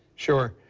sure.